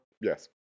Yes